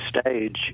stage